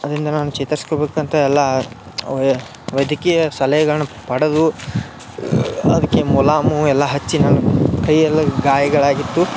ಅದರಿಂದ ನಾನು ಚೇತರ್ಸ್ಕೊಬೇಕಂತ ಎಲ್ಲಾ ವೈದ್ಯಕೀಯ ಸಲಹೆಗಳನ್ನು ಪಡೆದು ಅದಕ್ಕೆ ಮುಲಾಮು ಎಲ್ಲ ಹಚ್ಚಿ ನಾನು ಕೈಯೆಲ್ಲ ಗಾಯಗಳಾಗಿತ್ತು